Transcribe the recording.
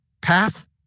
path